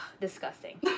disgusting